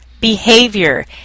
behavior